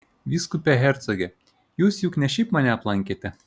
vyskupe hercoge jūs juk ne šiaip mane aplankėte